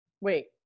Wait